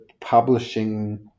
publishing